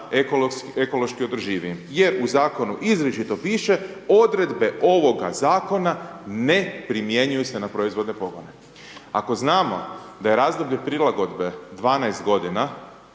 ekološki održivijim jer u zakonu izričito piše odredbe ovoga zakona ne primjenjuju se na proizvodne pogone. Ako znamo da je razdoblje prilagodbe 12 godina